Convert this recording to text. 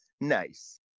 Nice